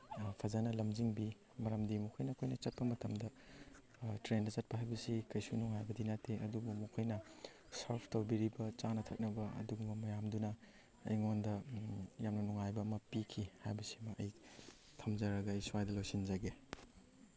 ꯐꯖꯅ ꯂꯝꯖꯤꯡꯕꯤ ꯃꯔꯝꯗꯤ ꯃꯈꯣꯏꯅ ꯑꯩꯈꯣꯏꯅ ꯆꯠꯄ ꯃꯇꯝꯗ ꯇ꯭ꯔꯦꯟꯗ ꯆꯠꯄ ꯍꯥꯏꯕꯁꯤ ꯀꯩꯁꯨ ꯅꯨꯡꯉꯥꯏꯕꯗꯤ ꯅꯠꯇꯦ ꯑꯗꯨꯕꯨ ꯃꯈꯣꯏꯅ ꯁꯔꯐ ꯇꯧꯕꯤꯔꯤꯕ ꯆꯥꯅ ꯊꯛꯅꯕ ꯑꯗꯨꯒꯨꯝꯕ ꯃꯌꯥꯝꯗꯨꯅ ꯑꯩꯉꯣꯟꯗ ꯌꯥꯝꯅ ꯅꯨꯡꯉꯥꯏꯕ ꯑꯃ ꯄꯤꯈꯤ ꯍꯥꯏꯕꯁꯤ ꯑꯃ ꯑꯩ ꯊꯝꯖꯔꯒ ꯑꯩ ꯁ꯭ꯋꯥꯏꯗ ꯂꯣꯏꯁꯤꯟꯖꯒꯦ